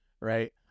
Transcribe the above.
Right